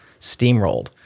steamrolled